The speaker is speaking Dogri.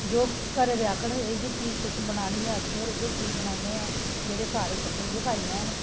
जो घरै दे आखन एह् जी चीज़ तु'सें बनानी ऐ फिर उ'ऐ चीज़ बनाने आं जेह्ड़ी सारे किट्ठै होइयै खाई लैन